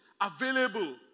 available